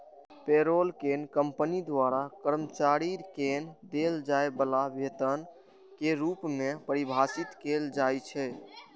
payroll कें company द्वारा कर्मचारी कें देल जाय बला वेतन के रूप मे परिभाषित कैल जाइ छै